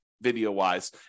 video-wise